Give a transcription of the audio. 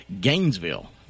Gainesville